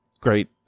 great